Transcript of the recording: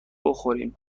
بخوریم